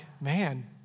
man